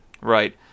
Right